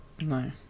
no